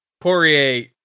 Poirier